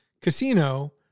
casino